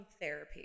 therapy